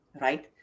right